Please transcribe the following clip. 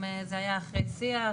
זה היה אחרי שיח,